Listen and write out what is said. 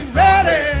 ready